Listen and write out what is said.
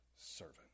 servant